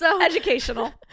Educational